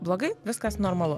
blogai viskas normalu